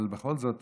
בכל זאת